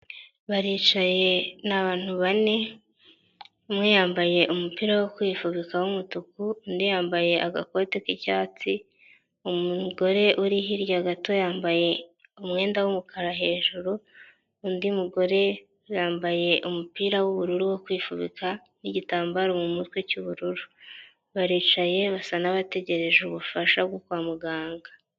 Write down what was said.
Baricaye ni abantu bane, umwe yambaye umupira wo kwifubika w'umutuku, undi yambaye agakote k'icyatsi, umugore uri hirya gato yambaye umwenda w'umukara hejuru, undi mugore yambaye umupira w'ubururu wo kwifubika n'igitambaro mu mutwe cy'ubururu, baricaye basa nabategereje ubufasha bwo kwa muganga.